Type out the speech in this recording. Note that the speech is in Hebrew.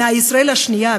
מישראל השנייה,